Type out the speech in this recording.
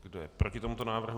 Kdo je proti tomuto návrhu?